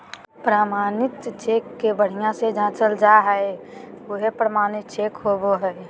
प्रमाणित चेक के बढ़िया से जाँचल जा हइ उहे प्रमाणित चेक होबो हइ